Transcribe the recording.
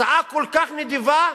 הצעה כל כך נדיבה,